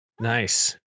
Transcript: nice